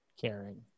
caring